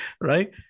Right